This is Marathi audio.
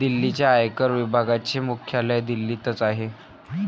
दिल्लीच्या आयकर विभागाचे मुख्यालय दिल्लीतच आहे